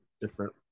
different